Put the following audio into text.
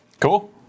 Cool